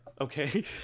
Okay